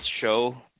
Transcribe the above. show